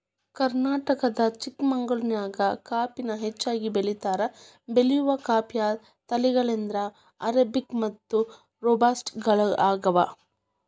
ಕರ್ನಾಟಕದ ಚಿಕ್ಕಮಗಳೂರಿನ್ಯಾಗ ಕಾಫಿನ ಹೆಚ್ಚಾಗಿ ಬೆಳೇತಾರ, ಬೆಳೆಯುವ ಕಾಫಿಯ ತಳಿಗಳೆಂದರೆ ಅರೇಬಿಕ್ ಮತ್ತು ರೋಬಸ್ಟ ಗಳಗ್ಯಾವ